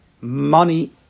money